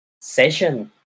session